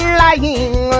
lying